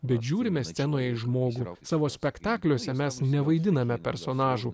bet žiūrime scenoje į žmogų savo spektakliuose mes nevaidiname personažų